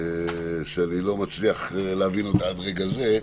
שאני לא מצליח להבין אותה עד רגע זה.